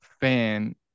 fan